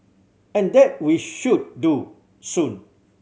and that we should do soon